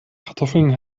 kartoffeln